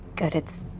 good. it's